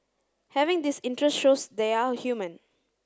having this interest shows they are human